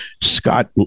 Scott